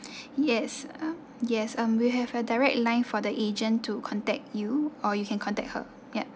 yes um yes um we have a direct line for the agent to contact you or you can contact her yup